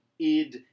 id